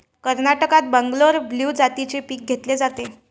कर्नाटकात बंगलोर ब्लू जातीचे पीक घेतले जाते